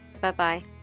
Bye-bye